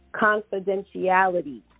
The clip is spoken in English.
Confidentiality